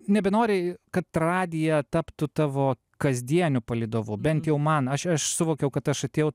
nebenori kad radija taptų tavo kasdieniu palydovu bent jau man aš aš suvokiau kad aš atėjau